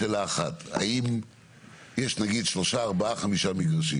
שאלה אחת, יש נגיד שלושה, ארבעה, חמישה מגרשים